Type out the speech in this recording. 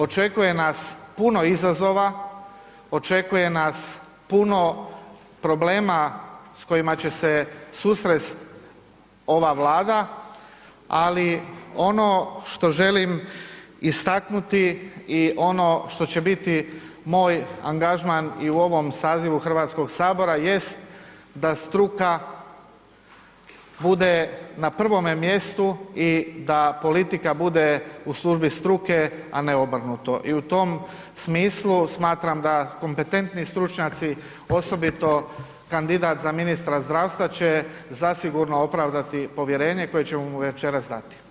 Očekuje nas puno izazova, očekuje nas puno problema s kojima s kojima će se susrest ova Vlada ali ono što želim istaknuti i ono što će biti moj angažman i u ovom sazivu Hrvatskog sabora jest da struka bude na prvome mjestu i da politika bude u službi struke a ne obrnuto i u tom smislu smatram da kompetentni stručnjaci osobito kandidat za ministra zdravstva će zasigurno opravdati povjerenje koje ćemo mu večeras dati.